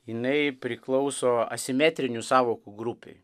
jinai priklauso asimetrinių sąvokų grupei